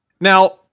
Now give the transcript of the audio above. Now